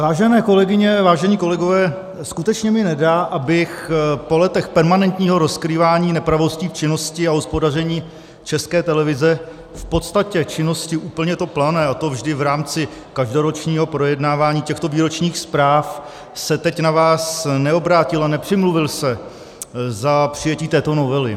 Vážené kolegyně, vážení kolegové, skutečně mi nedá, abych po letech permanentního rozkrývání nepravostí v činnosti a hospodaření České televize, v podstatě činnosti úplně to plané, a to vždy v rámci každoročního projednávání těchto výročních zpráv, se teď na vás neobrátil a nepřimluvil se za přijetí této novely.